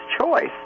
choice